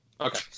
Okay